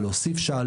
להוסיף שעה,